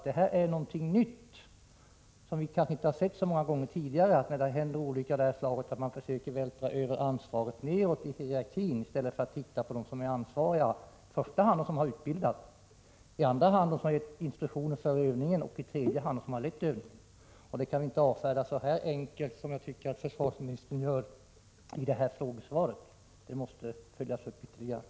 Det här är ju något nytt, som vi kanske inte har sett så många gånger tidigare, att man när det händer olyckor av det här slaget försöker vältra över ansvaret nedåt i hierarkin i stället för att gå till dem som är ansvariga, dvs. i första hand dem som har utbildat soldaterna, i andra hand dem som har gett instruktioner för övningen och i tredje hand dem som harlett övningen. Det kan vi inte avfärda så enkelt som försvarsministern gör i sitt frågesvar. Det måste följas upp ytterligare.